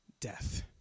death